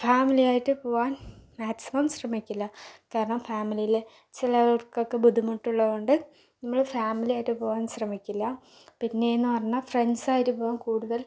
family ആയിട്ട് പോകാൻ maximum ശ്രമിക്കില്ല കാരണം ഫാമിലിയിലെ ചിലർക്കൊക്കെ ബുദ്ധിമുട്ടുള്ളതു കൊണ്ട് നമ്മൾ ഫാമിലി ആയിട്ട് പോകാൻ ശ്രമിക്കില്ല പിന്നെയെന്ന് പറഞ്ഞാൽ ഫ്രണ്ട്സ് ആയിട്ട് പോകാൻ കൂടുതൽ